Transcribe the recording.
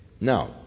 Now